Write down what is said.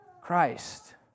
Christ